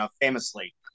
famously